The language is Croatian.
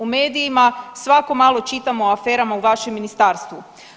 U medijima svako malo čitamo o aferama u vašem ministarstvu.